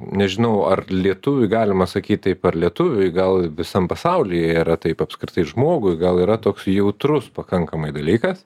nežinau ar lietuviui galima sakyt taip ar lietuviui gal visam pasaulyje yra taip apskritai žmogui gal yra toks jautrus pakankamai dalykas